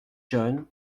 john